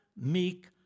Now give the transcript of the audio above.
meek